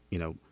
you know